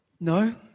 No